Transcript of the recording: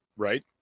right